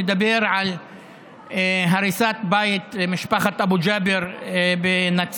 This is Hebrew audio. לדבר על הריסת בית למשפחת אבו ג'אבר בנצרת,